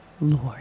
Lord